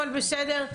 אבל בסדר,